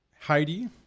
Heidi